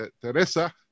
Teresa